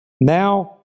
Now